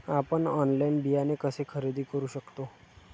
आपण ऑनलाइन बियाणे कसे खरेदी करू शकतो?